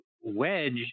wedge